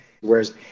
whereas